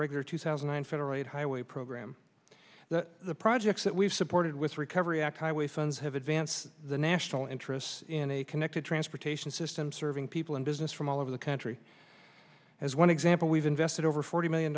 regular two thousand and federated highway program projects that we've supported with recovery act highway funds have advanced the national interests in a connected transportation system serving people and business from all over the country as one example we've invested over forty million